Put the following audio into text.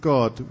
God